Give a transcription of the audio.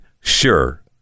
sure